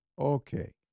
Okay